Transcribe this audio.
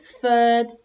third